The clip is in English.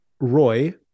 Roy